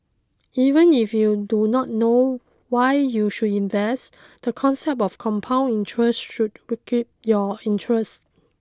even if you do not know why you should invest the concept of compound interest should pique your interest